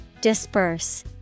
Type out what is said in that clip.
Disperse